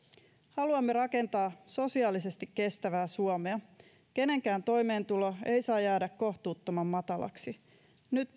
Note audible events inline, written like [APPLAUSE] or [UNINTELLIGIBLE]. haluamme rakentaa sosiaalisesti kestävää suomea kenenkään toimeentulo ei saa jäädä kohtuuttoman matalaksi nyt [UNINTELLIGIBLE]